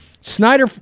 Snyder